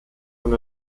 und